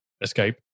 escape